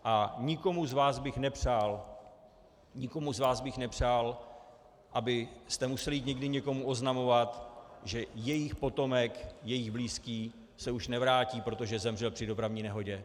A nikomu z vás bych nepřál, nikomu z vás bych nepřál, abyste museli jít někdy někomu oznamovat, že jejich potomek, jejich blízký se už nevrátí, protože zemřel při dopravní nehodě.